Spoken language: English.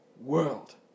world